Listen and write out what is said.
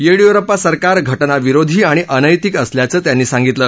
येडियुरप्पा सरकार घटनाविरोधी आणि अनैतिक असल्याचं त्यांनी सांगितलं